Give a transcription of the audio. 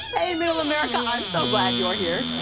hey, middle america. i'm so glad you are here.